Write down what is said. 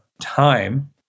time